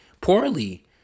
poorly